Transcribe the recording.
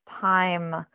time